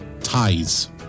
Ties